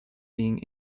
being